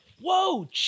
whoa